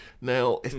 Now